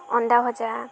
ଅଣ୍ଡା ଭଜା